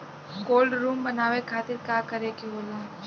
Cold room बनावे खातिर का करे के होला?